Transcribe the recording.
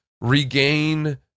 regain